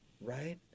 right